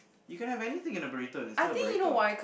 you can have anything in a burrito and it's still a burrito